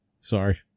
Sorry